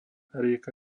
rieka